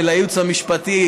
ולייעוץ המשפטי,